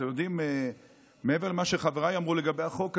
אתם יודעים, מעבר למה שחבריי אמרו לגבי החוק הזה,